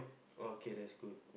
oh okay that's good